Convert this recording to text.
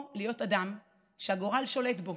או להיות אדם שהגורל שולט בו